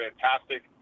fantastic